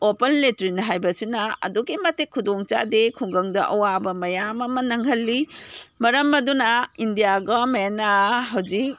open latrine ꯍꯥꯏꯕꯁꯤꯅ ꯑꯗꯨꯛꯀꯤ ꯃꯇꯤꯛ ꯈꯨꯗꯣꯡ ꯆꯥꯗꯦ ꯈꯨꯡꯒꯪꯗ ꯑꯋꯥꯕ ꯃꯌꯥꯝ ꯑꯃ ꯅꯪꯍꯜꯂꯤ ꯃꯔꯝ ꯑꯗꯨꯅ ꯏꯟꯗꯤꯌꯥ ꯒꯣꯔꯃꯦꯟꯅ ꯍꯧꯖꯤꯛ